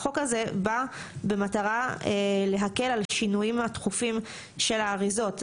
החוק הזה בא במטרה להקל על שינויים תכופים של האריזות.